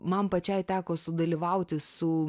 man pačiai teko sudalyvauti su